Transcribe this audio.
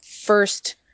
first